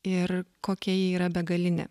ir kokia ji yra begalinė